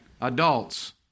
adults